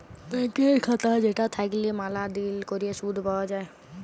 ব্যাংকের খাতা যেটা থাকল্যে ম্যালা দিল ধরে শুধ পাওয়া যায়